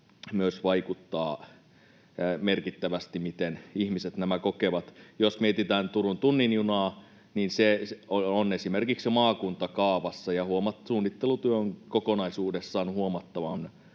myös vaikuttaa merkittävästi siihen, miten ihmiset nämä kokevat. Jos mietitään Turun tunnin junaa, niin se on esimerkiksi jo maakuntakaavassa ja suunnittelutyö on kokonaisuudessaan huomattavan